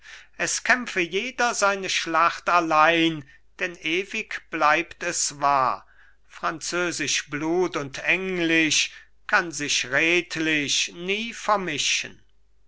es kämpfe jeder seine schlacht allein denn ewig bleibt es wahr französisch blut und englisch kann sich redlich nie vermischen